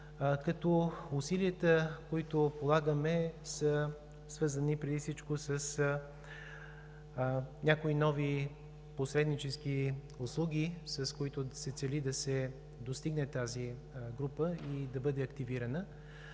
Усилията, които полагаме, са свързани преди всичко с някои нови посреднически услуги. С тях се цели да се достигне тази група и да бъде активирана.